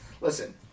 listen